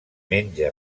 menja